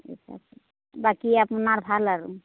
বাকী আপোনাৰ ভাল আৰু